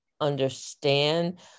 understand